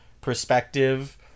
perspective